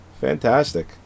Fantastic